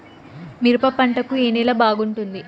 మిరప పంట కు ఏ నేల బాగుంటుంది?